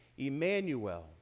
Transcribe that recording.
Emmanuel